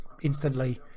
instantly